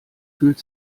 fühlt